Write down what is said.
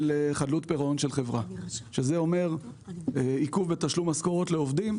של חדלות פירעון של חברה שזה אומר עיכוב בתשלום משכורות לעובדים.